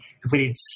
Completed